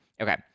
Okay